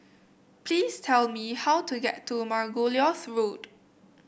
please tell me how to get to Margoliouth Road